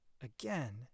again